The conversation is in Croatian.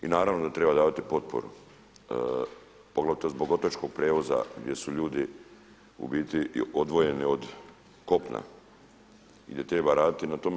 I naravno da treba davati potporu poglavito zbog otočkog prijevoza gdje su ljudi u biti odvojeni od kopna i gdje treba raditi na tome.